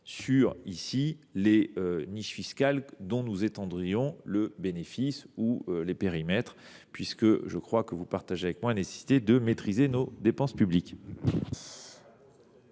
veiller aux niches fiscales dont nous étendrions le périmètre, puisque, je crois, vous partagez avec moi la nécessité de maîtriser nos dépenses publiques.